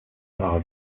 par